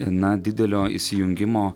na didelio įsijungimo